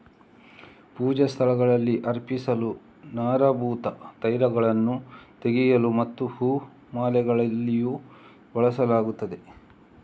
ಪೂಜಾ ಸ್ಥಳಗಳಲ್ಲಿ ಅರ್ಪಿಸಲು, ಸಾರಭೂತ ತೈಲಗಳನ್ನು ತೆಗೆಯಲು ಮತ್ತು ಹೂ ಮಾಲೆಗಳಲ್ಲಿಯೂ ಬಳಸಲಾಗುತ್ತದೆ